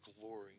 glory